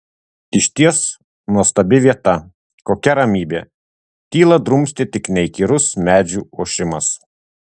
išties nuostabi vieta kokia ramybė tylą drumstė tik neįkyrus medžių ošimas